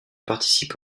participe